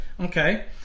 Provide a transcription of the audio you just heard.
okay